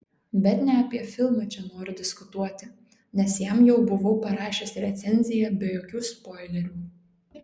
bet ne apie filmą čia noriu diskutuoti nes jam jau buvau parašęs recenziją be jokių spoilerių